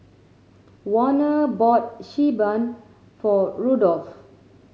Warner bought Xi Ban for Rudolf